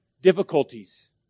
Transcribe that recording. difficulties